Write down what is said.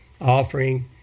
offering